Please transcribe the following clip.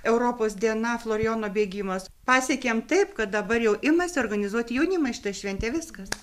europos diena florijono bėgimas pasiekėm taip kad dabar jau imasi organizuoti jaunimas šitą švente viskas